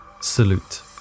salute